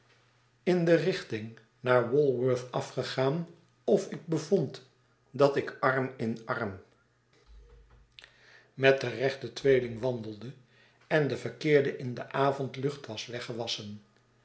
in de richting naar walworth afgegaan of ik bevond dat ik arm in arm met den rechten tweeling wandelde en de verkeerde in de avondlucht was